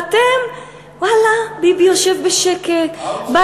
ואתם, ואללה, ביבי יושב בשקט, outsourcing.